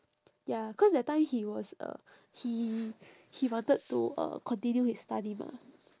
ya cause that time he was uh he he wanted to uh continue his study mah